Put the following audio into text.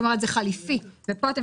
לקבוע עכשיו את העקרונות ולהגיש את